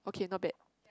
okay not bad